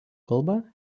kalba